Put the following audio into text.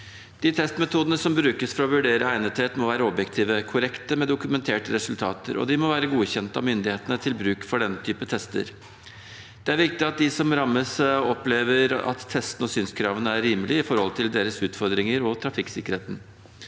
De testmetodene som brukes for å vurdere egnethet, må være objektive og korrekte med dokumenterte resultater, og de må være godkjent av myndighetene til bruk for denne typen tester. Det er viktig at de som rammes, opplever at testene og synskravene er rimelige i forhold til deres utfordringer og trafikksikkerheten.